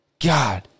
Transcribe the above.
God